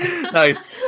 Nice